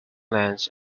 lends